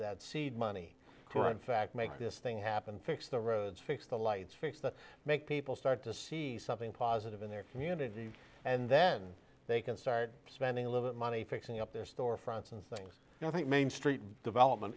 that seed money to in fact make this thing happen fix the roads fix the lights fix that make people start to see something positive in their community and then they can start spending a little money fixing up their storefronts and things and i think main street development